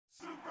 Super